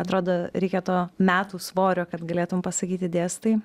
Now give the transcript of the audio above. atrodo reikia to metų svorio kad galėtum pasakyti dėstai